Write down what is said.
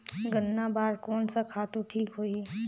गन्ना बार कोन सा खातु ठीक होही?